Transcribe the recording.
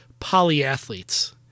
polyathletes